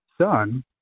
son